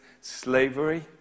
slavery